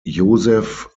joseph